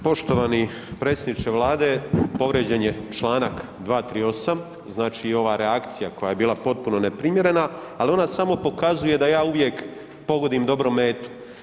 Poštovani predsjedniče Vlade povrijeđen je Članak 238. znači i ova reakcija koja je bila potpuno neprimjerena, ali ona samo pokazuje da ja uvijek pogodim dobro metu.